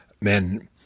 man